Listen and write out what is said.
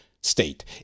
state